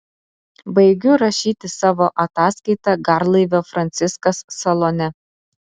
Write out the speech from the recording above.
baigiu rašyti savo ataskaitą garlaivio franciskas salone